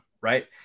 right